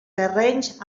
terrenys